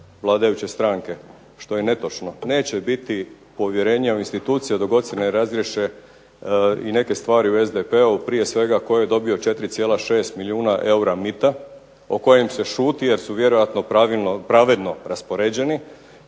vladajuće stranke što je netočno. Neće biti povjerenja u institucije dok god se ne razriješe i neke stvari u SDP-u prije svega tko je dobio 4,6 milijuna eura mita o kojem se šuti jer su vjerojatno pravedno raspoređeni,